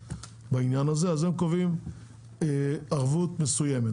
בעניין הזה הן קובעות ערבות של סכום מסוים.